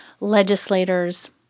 legislators